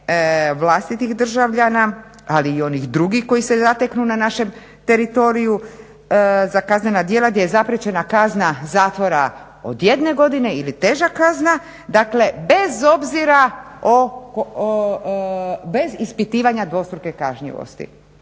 vlastitih državljana ali i onih drugih koji se zateknu na našem teritoriju za kaznena djela gdje je zarečena kazna zatvora od jedne godine ili teža kazna, dakle bez obzira o, bez ispitivanja dvostruke kažnjivosti.